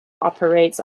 operates